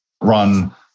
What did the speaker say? run